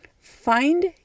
find